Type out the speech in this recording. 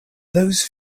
those